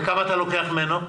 וכמה אתה לוקח ממנו?